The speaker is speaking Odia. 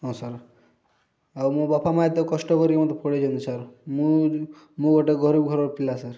ହଁ ସାର୍ ଆଉ ମୋ ବାପା ମାଆ ଏତେ କଷ୍ଟ କରିକି ମୋତେ ପଢ଼େଇଛନ୍ତି ସାର୍ ମୁଁ ଯ ମୁଁ ଗୋଟେ ଗରିବ ଘରର ପିଲା ସାର୍